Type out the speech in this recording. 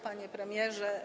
Panie Premierze!